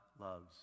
loves